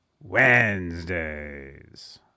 Wednesdays